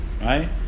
right